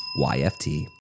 YFT